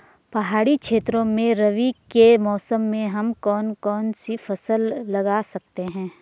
पहाड़ी क्षेत्रों में रबी के मौसम में हम कौन कौन सी फसल लगा सकते हैं?